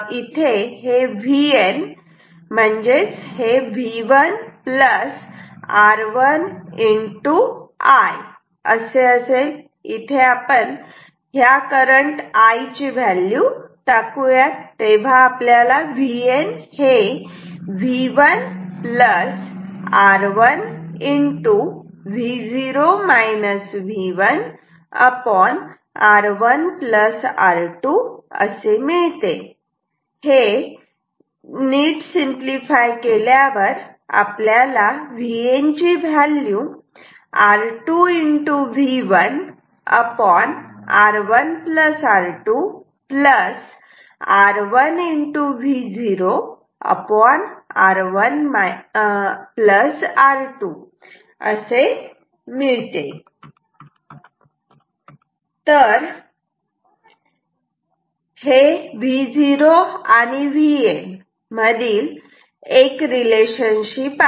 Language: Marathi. I V0 V1R1R2 VN V1 R1 I V1 R1 V0 V1R1R2 VN R2 V1R1R2 R1 V0R1R2 तर हे Vo आणि Vn मधील एक रिलेशनशिप आहे